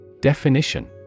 Definition